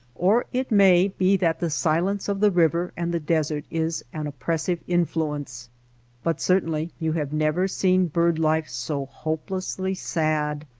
or it may be that the silence of the river and the desert is an oppressive influence but certainly you have never seen bird-life so hopelessly sad.